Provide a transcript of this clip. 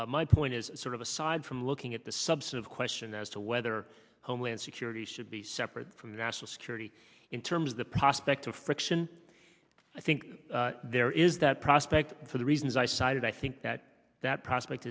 question my point is sort of aside from looking at the subsidy question as to whether homeland security should be separate from national security in terms of the prospect of friction i think there is that prospect for the reasons i cited i think that that prospect